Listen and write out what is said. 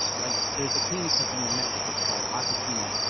like there's a candy company in mexico called la catrina.